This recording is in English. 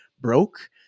broke